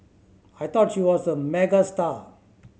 I thought she was a megastar